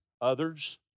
others